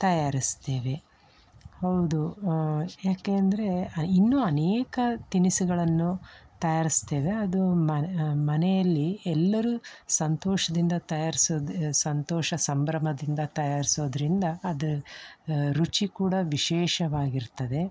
ತಯಾರಿಸ್ತೇವೆ ಹೌದು ಯಾಕೆ ಅಂದರೆ ಇನ್ನೂ ಅನೇಕ ತಿನಿಸುಗಳನ್ನು ತಯಾರಿಸ್ತೇವೆ ಅದು ಮನೆಯಲ್ಲಿ ಎಲ್ಲರೂ ಸಂತೋಷದಿಂದ ತಯಾರಿಸೋದು ಸಂತೋಷ ಸಂಭ್ರಮದಿಂದ ತಯಾರಿಸೋದ್ರಿಂದ ಅದು ರುಚಿ ಕೂಡ ವಿಶೇಷವಾಗಿರ್ತದೆ